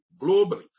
Globally